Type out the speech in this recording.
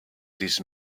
these